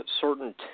certain